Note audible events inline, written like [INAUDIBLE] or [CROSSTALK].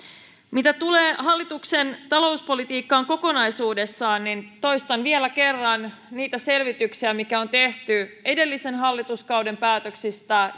mitä tulee hallituksen talouspolitiikkaan kokonaisuudessaan niin toistan vielä kerran niitä selvityksiä mitä on tehty edellisen hallituskauden päätöksistä [UNINTELLIGIBLE]